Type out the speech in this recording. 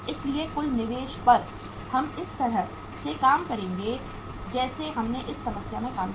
इसलिए कुल निवेश पर हम इस तरह से काम करेंगे जैसे हमने इस समस्या में काम किया